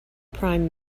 prime